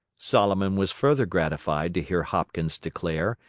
solomon was further gratified to hear hopkins declare,